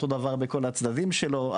לא נראה אותו דבר בכל הצדדים שלו,